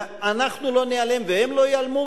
ואנחנו לא ניעלם והם לא ייעלמו,